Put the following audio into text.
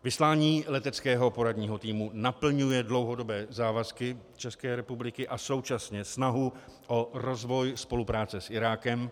Vyslání Leteckého poradního týmu naplňuje dlouhodobé závazky České republiky a současně snahu o rozvoj spolupráce s Irákem.